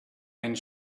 einen